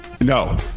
no